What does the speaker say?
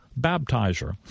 Baptizer